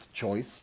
choice